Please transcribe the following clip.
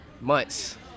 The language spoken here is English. Months